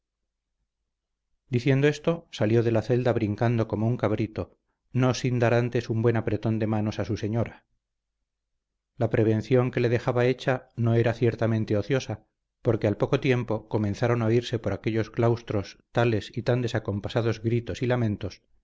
diciendo esto salió de la celda brincando como un cabrito no sin dar antes un buen apretón de manos a su señora la prevención que le dejaba hecha no era ciertamente ociosa porque al poco tiempo comenzaron a oírse por aquellos claustros tales y tan descompasados gritos y lamentos